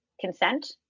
consent